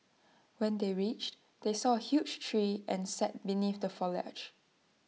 when they reached they saw A huge tree and sat beneath the foliage